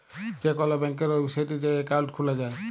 যে কল ব্যাংকের ওয়েবসাইটে যাঁয়ে একাউল্ট খুলা যায়